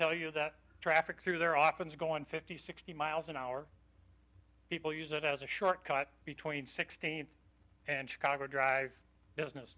tell you that traffic through there often is going fifty sixty miles an hour people use it as a shortcut between sixteen and chicago drive business